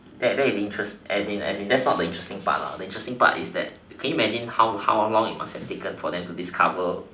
that that is interesting as in as in so that is not the interesting part lah the interesting part is that can you imagine how how long it must taken for them to discover